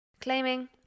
claiming